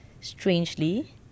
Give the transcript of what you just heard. Strangely